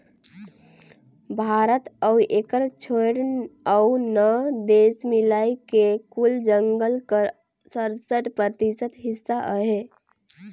भारत अउ एकर छोंएड़ अउ नव देस मिलाए के कुल जंगल कर सरसठ परतिसत हिस्सा अहे